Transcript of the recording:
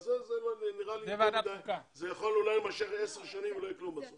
זה נראה לי שזה יכול להימשך עשר שנים ולא יהיה כלום בסוף.